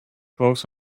cloaks